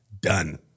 Done